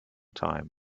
time